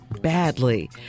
badly